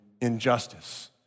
injustice